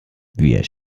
wir